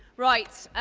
right,